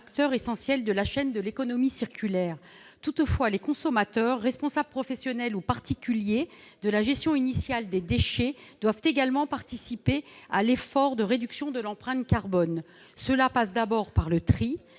essentiels de la chaîne de l'économie circulaire. Toutefois, les consommateurs et les responsables, professionnels ou particuliers, de la gestion initiale des déchets doivent également participer à l'effort de réduction de l'empreinte carbone. Cela passe d'abord par le tri,